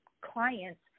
clients